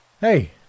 Hey